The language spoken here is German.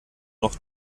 noch